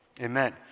amen